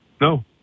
no